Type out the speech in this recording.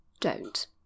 Don't